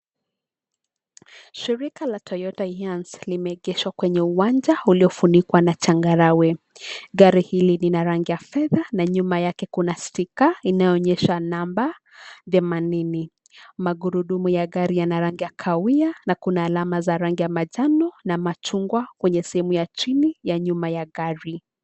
Shirika la Toyota Hiace limeegeshwa kwenye uwanja uliofunikwa na changarawe. Gari hili lina rangi ya fedha na nyuma yake kuna sticker inayoonyesha number themanini. Magurudumu ya gari yana rangi ya kahawia na kuna alama za rangi ya manjano na machungwa kwenye sehemu ya chini ya nyuma ya gari.